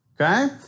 Okay